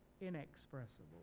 inexpressible